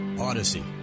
Odyssey